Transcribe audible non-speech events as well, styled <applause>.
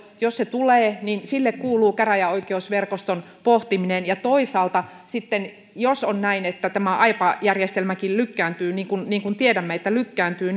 tulee niin sille kuuluu käräjäoikeusverkoston pohtiminen ja toisaalta sitten jos on näin että tämä aipa järjestelmäkin lykkääntyy niin kuin niin kuin tiedämme että lykkääntyy <unintelligible>